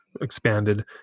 expanded